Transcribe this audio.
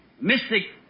mystic